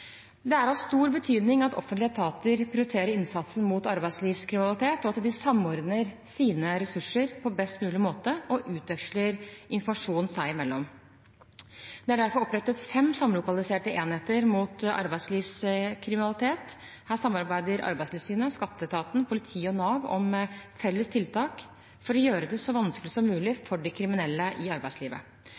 Det er av stor betydning at offentlige etater prioriterer innsatsen mot arbeidslivkriminalitet, og at de samordner sine ressurser på best mulig måte og utveksler informasjon seg imellom. Det er derfor opprettet fem samlokaliserte enheter mot arbeidslivskriminalitet. Her samarbeider Arbeidstilsynet, skatteetaten, politiet og Nav om felles tiltak for å gjøre det så vanskelig som mulig for de kriminelle i arbeidslivet.